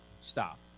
Stop